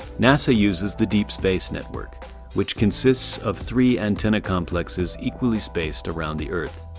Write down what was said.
nasa uses the deep space network which consists of three antenna complexes equally spaced around the earth.